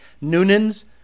Noonan's